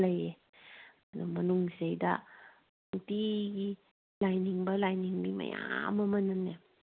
ꯂꯩꯌꯦ ꯑꯗꯨ ꯃꯅꯨꯡꯁꯤꯗ ꯅꯨꯡꯇꯤꯒꯤ ꯂꯥꯏꯅꯤꯡꯕ ꯂꯥꯏꯅꯤꯡꯕꯤ ꯃꯌꯥꯝ ꯑꯃꯅꯅꯦ